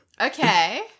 Okay